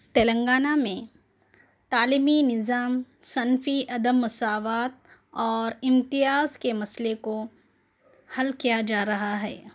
تلنگانہ میں تعلیمی نظام صنفی عدم مساوات اور امتیاز کے مسئلے کو حل کیا جا رہا ہے